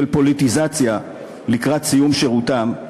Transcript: של פוליטיזציה לקראת סיום שירותם,